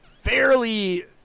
fairly